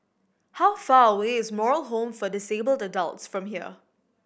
how far away is Moral Home for Disabled Adults from here